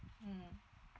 mmhmm